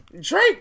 Drake